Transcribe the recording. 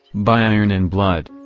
by iron and blood.